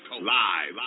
live